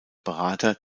berater